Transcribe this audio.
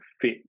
fit